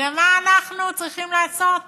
אלא מה אנחנו צריכים לעשות